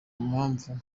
mpamvu